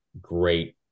great